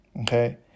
okay